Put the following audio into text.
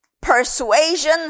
persuasion